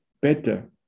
better